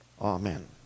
Amen